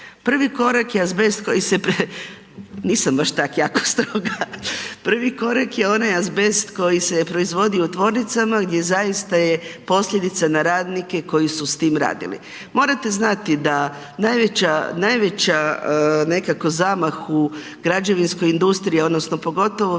Prvi korak je onaj azbest koji se proizvodi u tvornicama gdje zaista je posljedica na radnike koji su s tim radili. Morate znati da najveća nekakvo zamah u građevinskoj industriji odnosno pogotovo